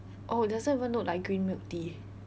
oh it doesn't even look like green milk tea